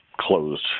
closed